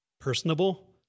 personable